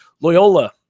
Loyola